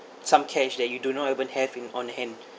some cash that you do not even have in on hand